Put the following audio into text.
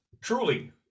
truly